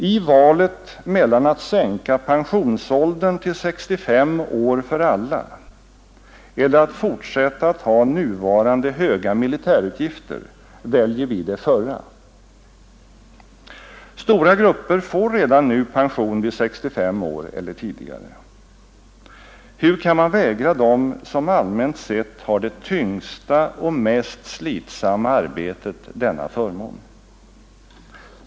I valet mellan att sänka pensionsåldern till 65 år för alla eller att fortsätta att ha nuvarande höga militärutgifter väljer vi det förra. Stora grupper får redan nu pension vid 65 år eller tidigare. Hur kan man vägra dem, som allmänt sett har det tyngsta och mest slitsamma arbetet, denna förmån?